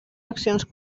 accions